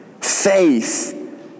faith